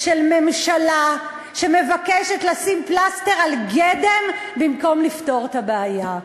של ממשלה שמבקשת לשים פלסטר על גדם במקום לפתור את הבעיה.